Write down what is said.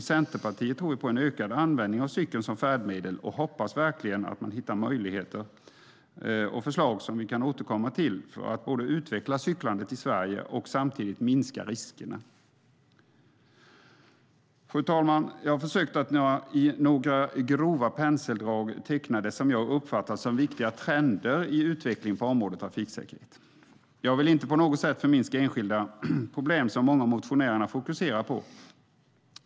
I Centerpartiet tror vi på en ökad användning av cykeln som färdmedel och hoppas verkligen att man hittar möjligheter och förslag som vi kan återkomma till för att både utveckla cyklandet i Sverige och minska riskerna. Fru talman! Jag har försökt att med några grova penseldrag teckna det som jag uppfattar som viktiga trender i utvecklingen på området trafiksäkerhet. Jag vill inte på något sätt förminska enskilda problem som många av motionärerna fokuserar på.